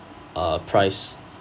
uh price